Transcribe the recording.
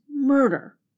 murder